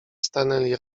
stanęli